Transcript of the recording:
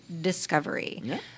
discovery